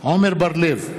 עמר בר-לב,